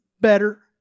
better